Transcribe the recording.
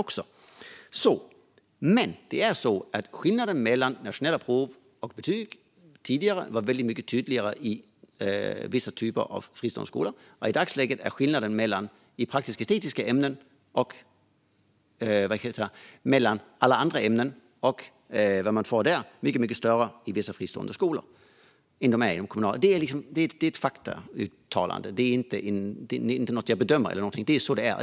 Skillnaden mellan resultaten på nationella prov och betygen var tidigare mycket tydligare i vissa typer av fristående skolor. I dagsläget är skillnaden mellan vad man får i de praktisk-estetiska ämnena och alla andra ämnen mycket större i vissa fristående skolor än i de kommunala. Det är ett faktauttalande och inte något som jag bedömer. Det är så det är.